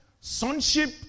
Sonship